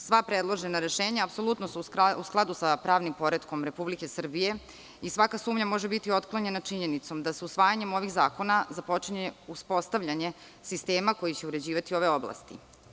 Sva predložena rešenja apsolutno su u skladu sa pravnim poretkom Republike Srbije i svaka sumnja može biti otklonjena činjenicom da se usvajanjem ovih zakona započinje uspostavljanje sistema koji će uređivati ove oblasti.